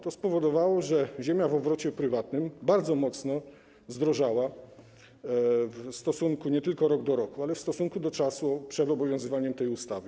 To spowodowało, że ziemia w obrocie prywatnym bardzo mocno zdrożała w stosunku nie tylko rok do roku, ale w stosunku do czasu przed obowiązywaniem tej ustawy.